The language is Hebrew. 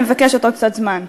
אני מבקשת עוד קצת זמן.